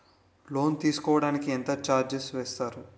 Loan తీసుకోడానికి ఎంత charges వేస్తారు?